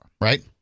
right